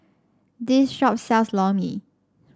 this shop sells Lor Mee